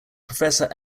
professor